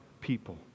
people